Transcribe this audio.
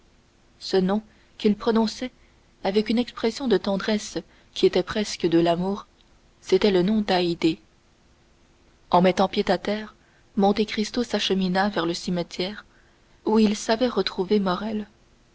ce nom qu'il prononçait avec une expression de tendresse qui était presque de l'amour c'était le nom d'haydée en mettant pied à terre monte cristo s'achemina vers le cimetière où il savait retrouver